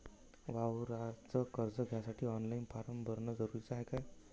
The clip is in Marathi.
वावराच कर्ज घ्यासाठी ऑनलाईन फारम भरन जरुरीच हाय का?